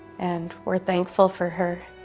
and we're thankful for her.